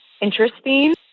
interesting